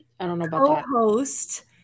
co-host